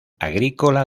agrícola